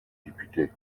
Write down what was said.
député